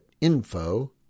info